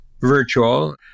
virtual